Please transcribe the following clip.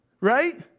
right